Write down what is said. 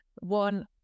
one